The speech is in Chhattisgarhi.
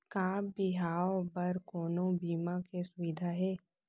का बिहाव बर कोनो बीमा के सुविधा हे?